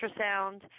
ultrasound